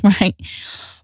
right